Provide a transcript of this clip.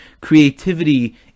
Creativity